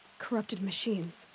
corrupted machines.